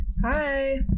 hi